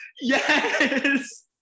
Yes